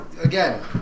Again